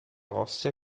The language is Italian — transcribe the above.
ossea